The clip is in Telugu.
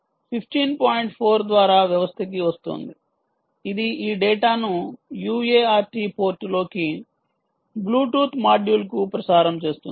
4 ద్వారా వ్యవస్థ కి వస్తోంది ఇది ఈ డేటాను UART పోర్టులోకి బ్లూటూత్ మాడ్యూల్కు ప్రసారం చేస్తుంది